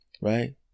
Right